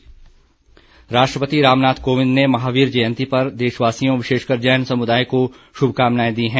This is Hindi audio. महावीर जयंती राष्ट्रपति रामनाथ कोविंद ने महावीर जयंती पर देशवासियों विशेषकर जैन समुदाय को शुभकामनाएं दी हैं